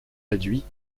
réduits